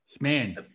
Man